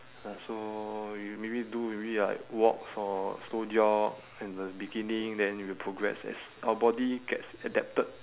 uh so you maybe do maybe like walks or slow jog in the beginning then we progress as our body gets adapted